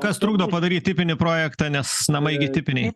kas trukdo padaryt tipinį projektą nes namai gi tipiniai